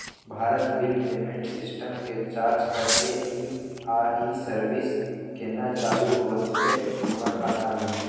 Bharat bill payment system के charge कत्ते इ आ इ सर्विस केना चालू होतै हमर खाता म?